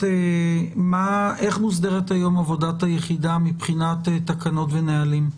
איך מוסדרת היום עבודת היחידה מבחינת תקנות ונהלים?